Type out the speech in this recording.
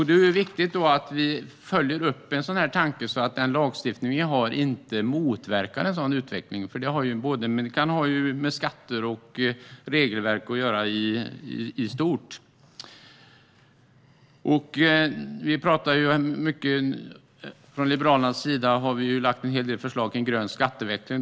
Det är viktigt att lagstiftningen inte motverkar en sådan utveckling genom skatter och regelverk i stort. Från Liberalernas sida har vi lagt fram en hel del förslag om grön skatteväxling.